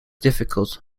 difficult